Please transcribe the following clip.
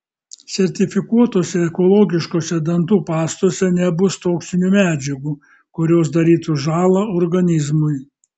sertifikuotose ekologiškose dantų pastose nebus toksinių medžiagų kurios darytų žąlą organizmui